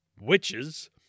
witches